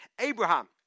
Abraham